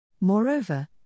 Moreover